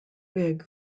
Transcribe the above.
wig